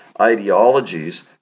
ideologies